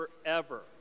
forever